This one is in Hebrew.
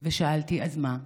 ושאלתי: אז מה?